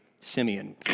Simeon